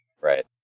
right